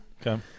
Okay